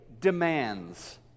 demands